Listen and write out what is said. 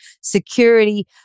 security